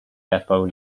depot